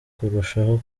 kurushaho